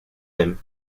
him